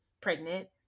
pregnant